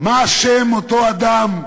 מה אשם אותו אדם,